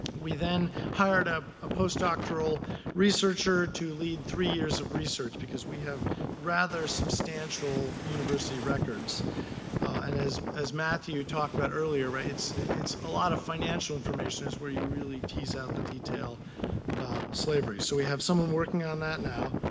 we then hired ah a post-doctoral researcher to lead three years of research because we have rather substantial university records and as as matthew talked about earlier, it's it's a lot of financial information is where you really tease out the detail about slavery. so we have someone working on that now